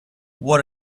what